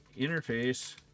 interface